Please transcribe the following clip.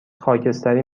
خاکستری